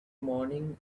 morning